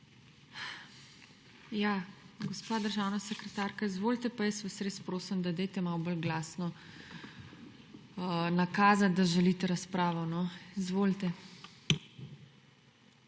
gospa državna sekretarka, izvolite. Pa jaz vas res prosim, da dajte malo bolj glasno nakazat, da želite razpravo. Izvolite.